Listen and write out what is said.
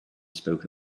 spoke